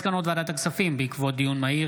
על מסקנות ועדת הכספים בעקבות דיון מהיר